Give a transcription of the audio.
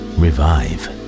revive